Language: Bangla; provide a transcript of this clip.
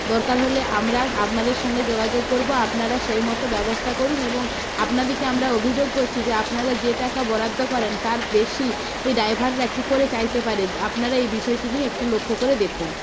দরকার হলে আমরা আপনাদের সঙ্গে যোগাযোগ করবো আপনারা সেই মতো ব্যবস্থা করুন এবং আপনাদিকে আমরা অভিযোগ করছি যে আপনারা যে টাকা বরাদ্দ করেন তার বেশি এ ডড়াইভাররা কি করে চাইতে পারে আপনারা এই বিষয়টি নিয়ে একটু লক্ষ্য করে দেখুন